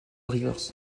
rivers